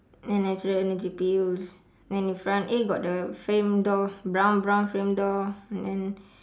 then natural energy pills then in front eh got the frame door brown brown frame door and then